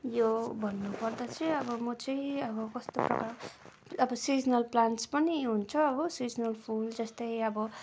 यो भन्नु पर्दा चाहिँ अब म चाहिँ अब कस्तो प्रकारको अब सिजनल प्लान्ट्स पनि हुन्छ हो सिजनल फुल जस्तो अब